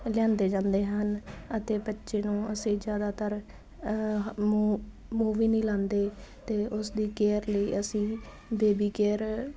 ਲਿਆਂਦੇ ਜਾਂਦੇ ਹਨ ਅਤੇ ਬੱਚੇ ਨੂੰ ਅਸੀਂ ਜ਼ਿਆਦਾਤਰ ਮੂੰਹ ਮੂੰਹ ਵੀ ਨਹੀਂ ਲਾਉਂਦੇ ਅਤੇ ਉਸਦੀ ਕੇਅਰ ਲਈ ਅਸੀਂ ਬੇਬੀ ਕੇਅਰ